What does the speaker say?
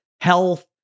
health